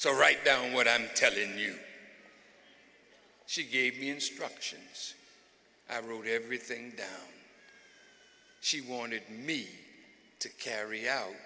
so write down what i'm telling you she gave me instructions i wrote everything she wanted me to carry out